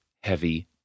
heavy